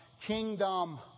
kingdom